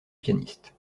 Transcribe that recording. pianiste